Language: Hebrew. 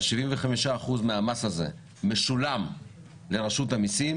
אז 75% מהמס הזה משולם לרשות המיסים,